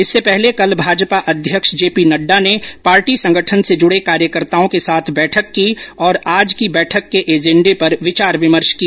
इससे पहले कल भाजपा अध्यक्ष जेपी नड़डा ने पार्टी संगठन से जुड़े कार्यकर्ताओं के साथ बैठक की और आज की बैठक के एजेंडे पर विचार विमर्श किया